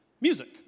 Music